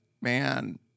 man